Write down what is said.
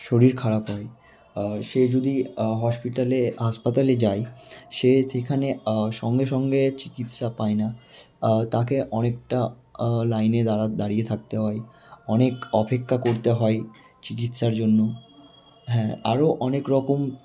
শরীর খারাপ হয় সে যদি হসপিটালে হাসপাতালে যায় সে সেখানে সঙ্গে সঙ্গে চিকিৎসা পায় না তাকে অনেকটা লাইনে দাঁড়িয়ে থাকতে হয় অনেক অপেক্ষা করতে হয় চিকিৎসার জন্য হ্যাঁ আরো অনেক রকম